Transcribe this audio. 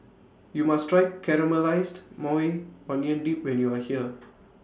YOU must Try Caramelized Maui Onion Dip when YOU Are here